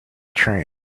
train